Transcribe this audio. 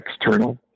external